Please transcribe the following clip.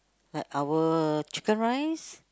like our chicken rice